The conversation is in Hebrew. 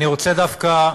אני רוצה דווקא,